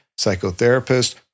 psychotherapist